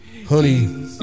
honey